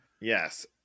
Yes